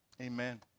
Amen